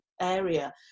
area